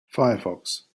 firefox